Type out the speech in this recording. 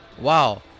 wow